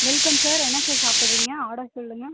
welcome sir என்ன sir சாப்பிடுறீங்க order சொல்லுங்கள்